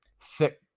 Thick